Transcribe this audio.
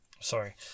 Sorry